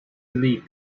lee